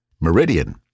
Meridian